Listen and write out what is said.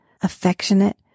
affectionate